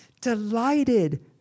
delighted